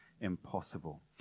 impossible